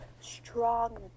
strong